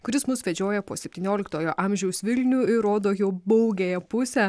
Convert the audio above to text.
kuris mus vedžioja po septynioliktojo amžiaus vilnių ir rodo jo baugiąją pusę